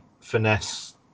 finesse